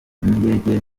n’indege